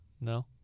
No